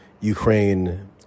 Ukraine